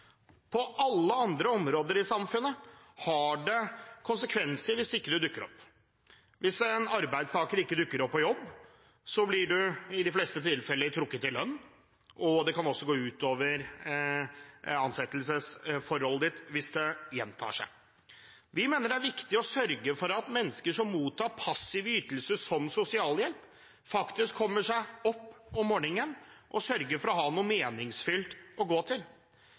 På alle andre områder i samfunnet har det konsekvenser hvis en ikke dukker opp. Hvis en arbeidstaker ikke dukker opp på jobb, blir en i de fleste tilfeller trukket i lønn, og det kan også gå ut over ansettelsesforholdet hvis det gjentar seg. Vi mener det er viktig å sørge for at mennesker som mottar passive ytelser som sosialhjelp, faktisk kommer seg opp om morgenen og sørger for å ha noe meningsfylt å gå til,